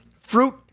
fruit